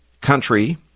country